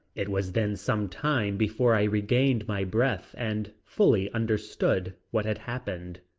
it was then some time before i regained my breath and fully understood what had happened.